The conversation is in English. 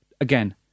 Again